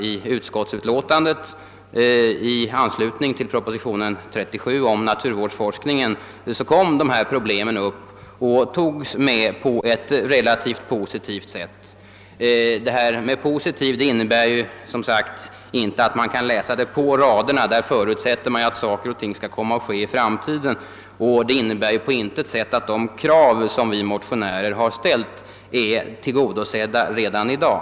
I anslutning till proposition nr 37 om naturvårdsforskningen aktualiserades problemen och behandlades på ett relativt positivt sätt. Men att så skedde innebär som sagt inte att man kan läsa därom i utlåtandet — där står bara att utskottet förutsätter att saker och ting skall komma att ske i framtiden — och det innebär på intet sätt att de krav som vi motionärer ställt är tillgodosedda redan i dag.